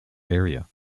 area